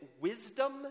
wisdom